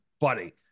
buddy